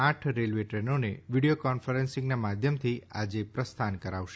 આઠ રેલવે ટ્રેનોને વીડિયો કોન્ફરસિંગના માધ્યમથી આજે પ્રસ્થાન કરાવશે